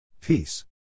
Peace